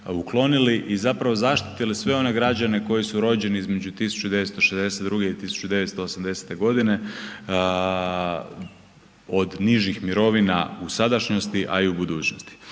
uklonili i zapravo zaštitili sve one građane koji su rođeni između 1962. i 1980. g. od nižih mirovina u sadašnjosti, a i u budućnosti.